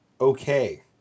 okay